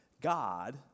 God